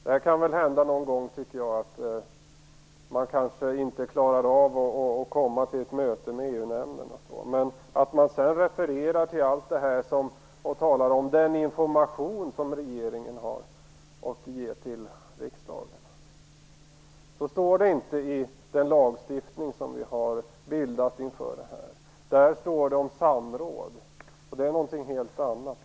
Det kan väl någon gång hända att man kanske inte klarar att komma till ett möte med EU-nämnden, men att man sedan refererar till allt detta och talar om "den information som regeringen har att ge till riksdagen" stämmer inte med vad som står i den lagstiftning som vi har arbetat fram inför detta. Där står det om samråd, och det är någonting helt annat.